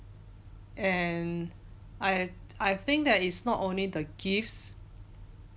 and I I think that is not only the gifts